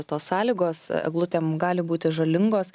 tos sąlygos eglutėm gali būti žalingos